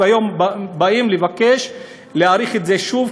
והיום באים לבקש להאריך את זה שוב,